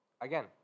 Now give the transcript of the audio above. again